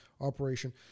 operation